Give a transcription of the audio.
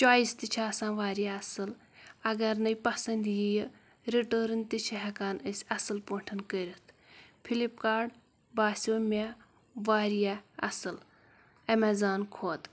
choice تہِ چھِ آسان واریاہ اَصٕل اگر نَے پَسنٛد یِیہِ رِٹٲرٕن تہِ چھِ ہٮ۪کان أسۍ اَصٕل پٲٹھٮ۪ن کٔرِتھ فِلِپ کارڈ باسٮ۪و مےٚ واریاہ اَصٕل ایمازان کھۄتہٕ